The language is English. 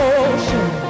ocean